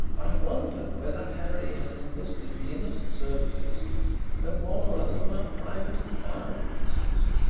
i have wondered whether harry has enlisted the innocent services of one or other of our private inquiry offices.